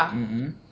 mmhmm